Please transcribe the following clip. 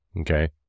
Okay